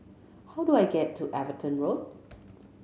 how do I get to Everton Road